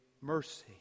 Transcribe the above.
mercy